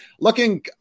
looking